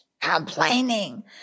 complaining